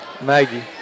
Maggie